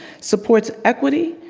supports equity,